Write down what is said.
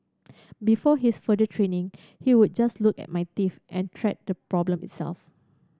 before his further training he would just look at my teeth and treat the problem itself